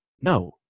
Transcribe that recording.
no